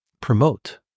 promote